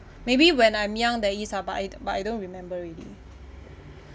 maybe when I'm young there is uh but I but I don't remember already